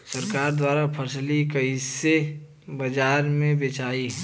सरकार द्वारा फसलिया कईसे बाजार में बेचाई?